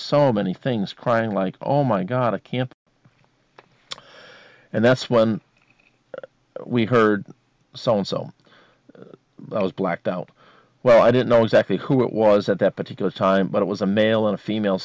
so many things crying like oh my god a camp and that's when we heard so and so i was blacked out well i didn't know exactly who it was at that particular time but it was a male and female